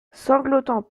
sanglotant